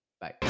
Bye